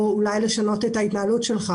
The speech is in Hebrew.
או אולי לשנות את ההתנהלות שלך